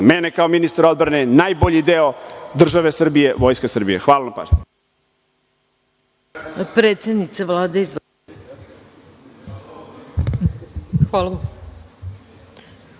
mene kao ministra odbrane, najbolji deo države Srbije, Vojska Srbije. Hvala na pažnji.